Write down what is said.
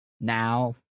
now